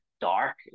dark